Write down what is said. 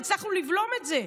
והצלחנו לבלום את זה.